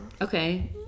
okay